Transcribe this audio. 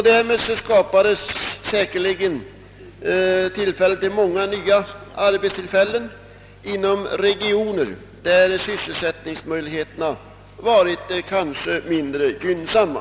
Därmed skapades säkerligen möjlighet till många nya arbetstillfällen inom regioner, där sysselsättningsmöjligheterna var mindre gynnsamma.